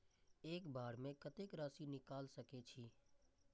एक बार में कतेक राशि निकाल सकेछी?